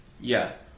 Yes